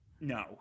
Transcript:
no